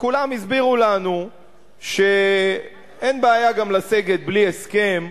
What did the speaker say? וכולם הסבירו לנו שאין בעיה גם לסגת בלי הסכם,